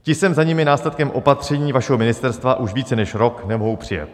Ti sem za nimi následkem opatření vašeho ministerstva už více než rok nemohou přijet.